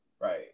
Right